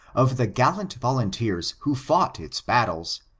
of the gallant volunteers who fought its battles,